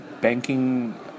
banking